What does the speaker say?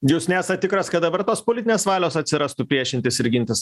jūs nesat tikras kad dabar tos politinės valios atsirastų priešintis ir gintis